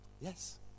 yes